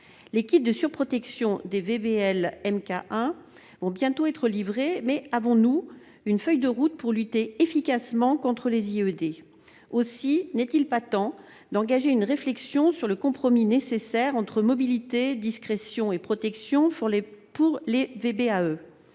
Les kits de surprotection des VBL MkI vont bientôt être livrés, mais avons-nous une feuille de route pour lutter efficacement contre les IED ? N'est-il pas temps d'engager une réflexion sur le compromis nécessaire entre mobilité, discrétion et protection pour les VBAE,